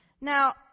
Now